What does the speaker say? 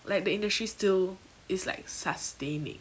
like the industry still is like sustaining